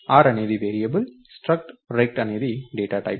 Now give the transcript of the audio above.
r అనేది variable struct rect అనేది data type